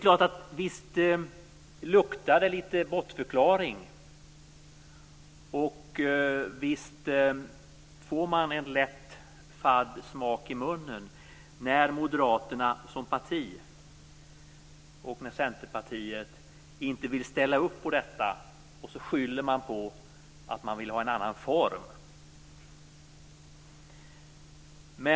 Visst luktar det lite bortförklaring, och visst får man en lätt fadd smak i munnen, när Moderaterna som parti ihop med Centerpartiet inte vill ställa upp på detta och skyller på att man vill ha en annan form.